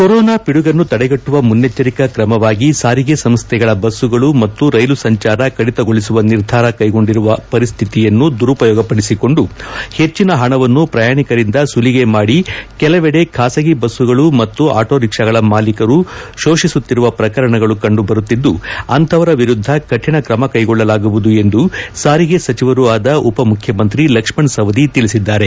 corona ಪಿಡುಗನ್ನು ತಡೆಗಟ್ಟುವ ಮುನ್ನೆಚ್ಚರಿಕಾ ಕ್ರಮವಾಗಿ ಸಾರಿಗೆ ಸಂಸ್ಥೆಗಳ ಬಸ್ಸುಗಳ ಮತ್ತು ರೈಲು ಸಂಚಾರ ಕಡಿತಗೊಳಿಸುವ ನಿರ್ಧಾರ ಕೈಗೊಂಡಿರುವ ಪರಿಸ್ಥಿತಿಯನ್ನು ದುರುಪಯೋಗಪಡಿಸಿಕೊಂದು ಹೆಚ್ಚಿನ ಹಣವನ್ನು ಪ್ರಯಾಣಿಕರಿಂದ ಸುಲಿಗೆ ಮಾದಿ ಕೆಲವೆಡೆ ಖಾಸಗಿ ಬಸ್ಸುಗಳ ಮತ್ತು ಆಟೋರಿಕ್ಷಾಗಳ ಮಾಲೀಕರು ಶೋಷಿಸುತ್ತಿರುವ ಪ್ರಕರಣಗಳು ಕಂಡುಬರುತ್ತಿದ್ದು ಅಂಥವರ ವಿರುದ್ದ ಕಠಿಣ ಕ್ರಮ ಕೈಗೊಳ್ಳಲಾಗುವುದು ಎಂದು ಸಾರಿಗೆ ಸಚಿವರೂ ಆದ ಉಪಮುಖ್ಯಮಂತ್ರಿ ಲಕ್ಷ್ಮಣ ಸವದಿ ತಿಳಿಸಿದ್ದಾರೆ